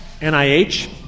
NIH